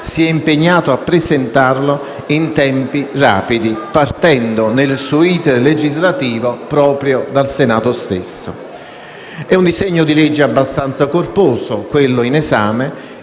si è impegnato a presentarlo in tempi rapidi, partendo nel suo *iter* legislativo proprio dal Senato stesso. È un disegno di legge abbastanza corposo, quello in esame,